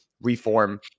reform